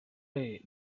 way